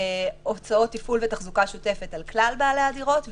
הוצאות תפעול ותחזוקה שוטפת על כלל בעלי הדירות,